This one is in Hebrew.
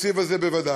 בתקציב הזה בוודאי.